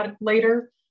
later